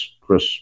Chris